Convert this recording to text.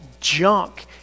junk